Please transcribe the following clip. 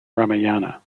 ramayana